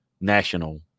national